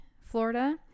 Florida